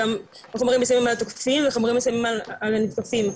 החומרים משפיעים גם על התוקפים וחומרים מסוימים על הנתקפים.